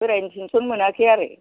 बोरायनि pension मोनाखै आरो